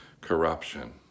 corruption